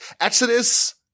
exodus